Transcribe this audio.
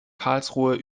karlsruhe